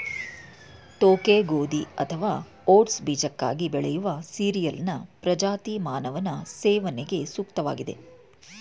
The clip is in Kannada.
ತೋಕೆ ಗೋಧಿ ಅಥವಾ ಓಟ್ಸ್ ಬೀಜಕ್ಕಾಗಿ ಬೆಳೆಯುವ ಸೀರಿಯಲ್ನ ಪ್ರಜಾತಿ ಮಾನವನ ಸೇವನೆಗೆ ಸೂಕ್ತವಾಗಿದೆ